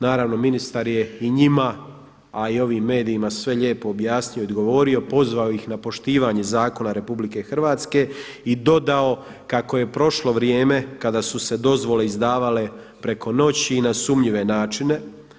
Naravno ministar je i njima, a i ovim medijima sve lijepo objasnio i odgovorio, pozvao ih na poštivanje zakona Republike Hrvatske i dodao kako je prošlo vrijeme kada su se dozvole izdavale preko noći i na sumnjive načine.